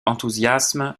enthousiasme